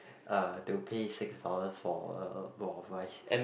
uh to pay six dollars for uh a bowl of rice